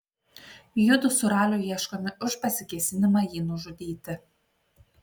judu su raliu ieškomi už pasikėsinimą jį nužudyti